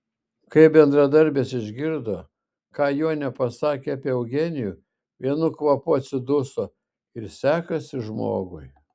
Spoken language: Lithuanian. kai bendradarbės išgirdo ką jonė pasakė apie eugenijų vienu kvapu atsiduso ir sekasi žmogui